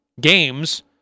games